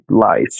life